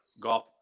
Golf